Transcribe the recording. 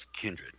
Kindred